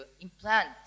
implant